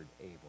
Abel